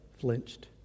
flinched